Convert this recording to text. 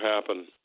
happen